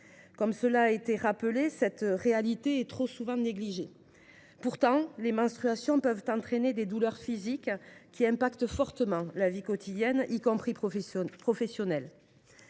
Comme cela a été rappelé, cette réalité est trop souvent négligée. Pourtant, les menstruations peuvent provoquer des douleurs physiques qui affectent considérablement la vie quotidienne, notamment professionnelle,